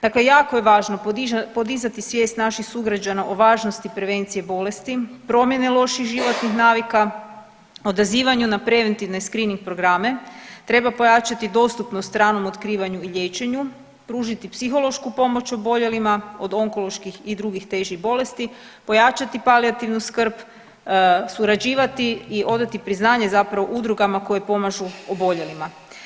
Dakle, jako je važno podizati svijest naših sugrađana o važnosti prevencije bolesti, promjene loših životnih navika, odazivanju na preventivne screening programe, treba pojačati dostupnost ranom otkrivanju i liječenju, pružiti psihološku pomoć oboljelima od onkoloških i drugih težih bolesti, pojačati palijativnu skrb, surađivati i odati priznanje zapravo udrugama koje pomažu oboljelima.